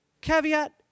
Caveat